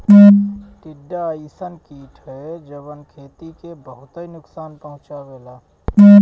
टिड्डा अइसन कीट ह जवन खेती के बहुते नुकसान पहुंचावेला